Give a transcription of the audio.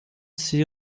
six